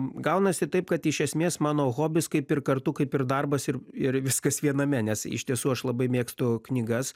gaunasi taip kad iš esmės mano hobis kaip ir kartu kaip ir darbas ir ir viskas viename nes iš tiesų aš labai mėgstu knygas